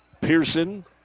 Pearson